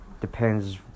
Depends